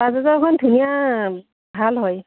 পাঁচ হাজাৰখন ধুনীয়া ভাল হয়